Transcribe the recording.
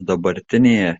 dabartinėje